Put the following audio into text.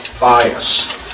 bias